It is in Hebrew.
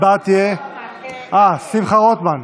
שמחה רוטמן,